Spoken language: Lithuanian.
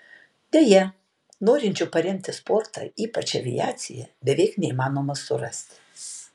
deja norinčių paremti sportą ypač aviaciją beveik neįmanoma surasti